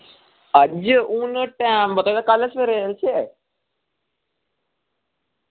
अज्ज हू'न टैम पता केह् कल सवेरै चलचै